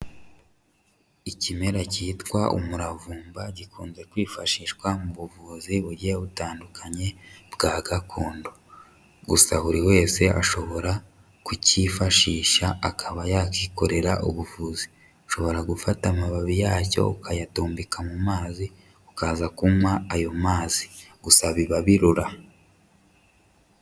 Ikimera cyitwa umuravumba gikunze kwifashishwa mu buvuzi bugiye butandukanye bwa gakondo gusa buri wese ashobora kukifashisha akaba yakikorera ubuvuzi, ushobora gufata amababi yacyo, ukayatumbika mu mazi, ukaza kunywa ayo mazi gusa biba birura.